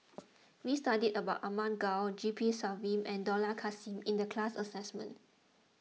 we studied about Ahmad Daud G P Selvam and Dollah Kassim in the class assignment